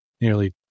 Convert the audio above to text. nearly